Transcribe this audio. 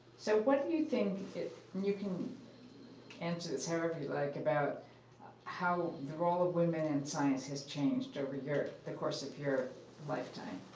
so what do you think, and you can answer this however you'd like, about how the role of women in science has changed over the course of your lifetime?